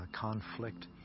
conflict